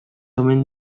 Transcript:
omen